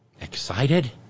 excited